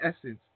essence